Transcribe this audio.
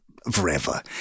Forever